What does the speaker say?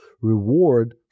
reward